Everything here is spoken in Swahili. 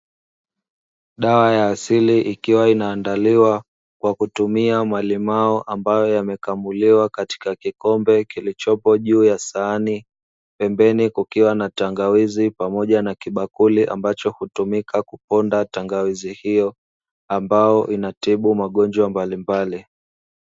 Dawa ya asili ikiwa inaandaliwa kwa kutumia malimao ambayo yamekamuliwa katika kikombe kilichopo juu ya sahani, pembeni kukiwa na tangawizi pamoja na kibakuli ambacho hutumika kuponda tangawizi hiyo, ambayo inatibu magonjwa mbalimbali.